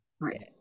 right